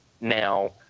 now